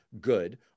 good